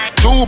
Two